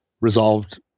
resolved